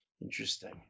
Interesting